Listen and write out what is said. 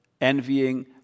envying